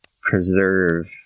preserve